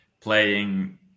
playing